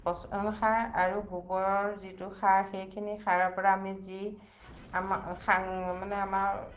পচন সাৰ আৰু গোবৰৰ যিটো সাৰ সেইখিনি সাৰৰ পৰা আমি যি আমা মানে আমাৰ